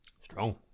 Strong